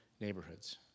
neighborhoods